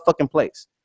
place